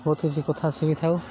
ବହୁତ କିଛି କଥା ଶିଖିଥାଉ